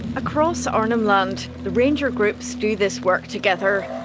across arnhem land the ranger groups do this work together.